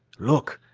look!